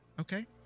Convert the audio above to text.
Okay